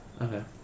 Okay